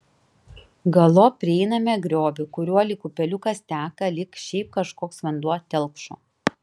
galop prieiname griovį kuriuo lyg upeliukas teka lyg šiaip kažkoks vanduo telkšo